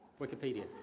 Wikipedia